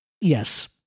Yes